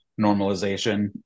normalization